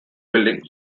building